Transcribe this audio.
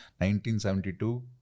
1972